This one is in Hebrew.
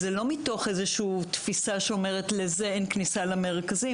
זה לא מתוך תפיסה שלזה אין כניסה למרכזים,